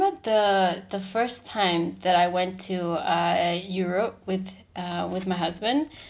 the the the first time that I went to uh europe with uh with my husband